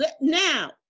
Now